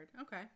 Okay